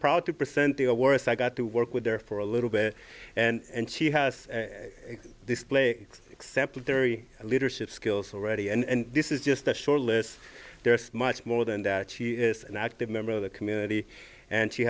proud to present to the worst i got to work with there for a little bit and she has displayed accepted theory leadership skills already and this is just a short list there is much more than that she is an active member of the community and she